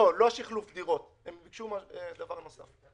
לא, לא שחלוף דירות, הם ביקשו דבר נוסף.